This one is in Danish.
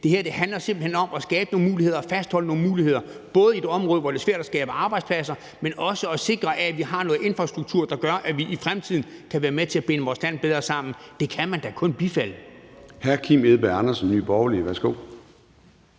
Det her handler simpelt hen både om at skabe nogle muligheder og fastholde nogle muligheder i et område, hvor det er svært at skabe arbejdspladser, men også om at sikre, at vi har noget infrastruktur, der gør, at vi i fremtiden kan være med til at binde vores land bedre sammen. Det kan man da kun bifalde. Kl. 10:17 Formanden (Søren Gade): Hr. Kim Edberg Andersen, Nye Borgerlige. Værsgo.